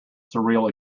surreal